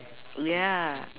yeah